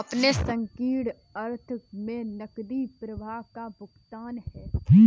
अपने संकीर्ण अर्थ में नकदी प्रवाह एक भुगतान है